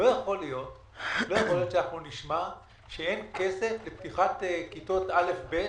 לא יכול להיות שנשמע שאין כסף לפתיחת כיתות א'-ב'.